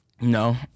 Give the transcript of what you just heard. No